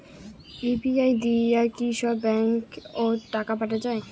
UPI দিয়া কি সব ব্যাংক ওত টাকা পাঠা যায়?